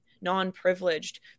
non-privileged